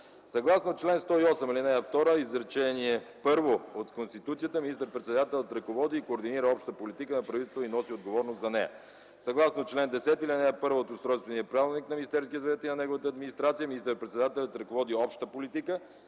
Съгласно чл. 108, ал. 2, изречение първо от Конституцията министър-председателят ръководи и координира общата политика на правителството и носи отговорност за нея. Съгласно чл. 10, ал. 1 от Устройствения правилник на Министерския съвет и на неговата администрация министър-председателят ръководи общата политика